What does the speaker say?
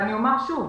אני אומרת שוב,